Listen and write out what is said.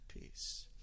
peace